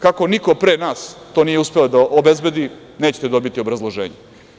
Kako niko pre nas to nije uspeo da obezbedi, nećete dobiti obrazloženje.